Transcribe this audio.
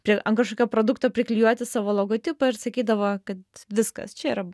prie ant kažkokio produkto priklijuoti savo logotipą ir sakydavo kad viskas čia yra